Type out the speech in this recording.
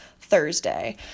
Thursday